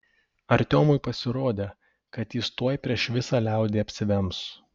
artiomui pasirodė kad jis tuoj prieš visą liaudį apsivems